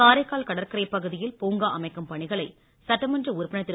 காரைக்கால் கடற்கரை பகுதியில் பூங்கா அமைக்கும் பணிகளை சட்டமன்ற உறுப்பினர் திரு